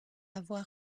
avoir